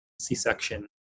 C-section